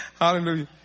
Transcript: Hallelujah